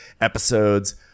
episodes